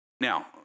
Now